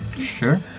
sure